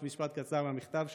ממש משפט קצר מהמכתב שלהם: